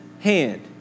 hand